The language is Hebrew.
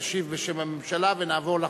תשיב בשם הממשלה, ונעבור לחקיקה.